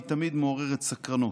והיא תמיד מעוררת סקרנות.